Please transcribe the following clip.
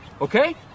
okay